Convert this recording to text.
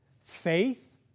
Faith